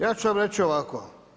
Ja ću vam reći ovak.